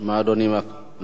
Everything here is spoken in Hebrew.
מה אדוני מבקש?